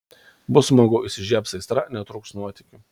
bus smagu įsižiebs aistra netrūks nuotykių